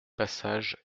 passage